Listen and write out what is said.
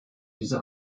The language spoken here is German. diese